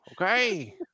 Okay